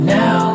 now